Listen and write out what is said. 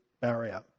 barrier